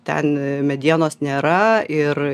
ten medienos nėra ir